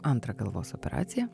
antrą galvos operaciją